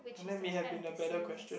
and that may have been a better question